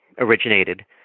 originated